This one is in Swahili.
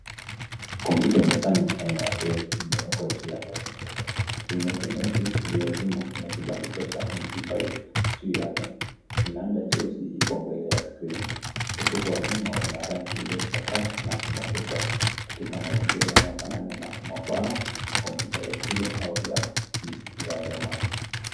Kompyuta ya mezani aina ya Dell, imewekwa juu ya meza nyeupe. Skrini yake nyeusi iliyozimwa ina kibandiko cha NC5 juu yake. Kinanda cheusi iko mbele ya skrini .Ukuta wa nyuma una rangi iliyochoka na kubanduka katika mazingira yanayofanana na mahabara ya kompyuta ya shule au ya zamani.